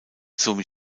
somit